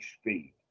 speed